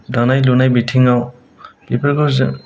दानाय लुनाय बिथिङाव बेफोरखौ जों